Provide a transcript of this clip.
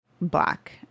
Black